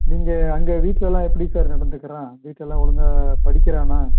நீங்கள் அங்கே வீட்லலாம் எப்படி சார் நடந்துக்கிறான் வீட்லலாம் ஒழுங்காக படிக்கிறானா